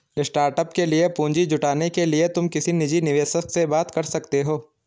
startup के लिए पूंजी जुटाने के लिए तुम किसी निजी निवेशक से बात कर सकते हो